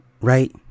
right